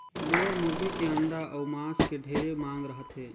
layer मुरगी के अंडा अउ मांस के ढेरे मांग रहथे